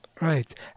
right